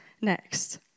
next